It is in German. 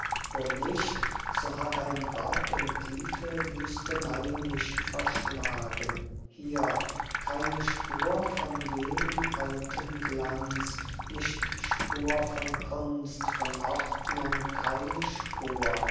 wo nicht so hat ein gott in tiefe wüsteneien mich verschlagen hier keine spur von jenem alten glanz nicht spur von kunst von ordnung keine spur